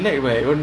ya